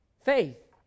Faith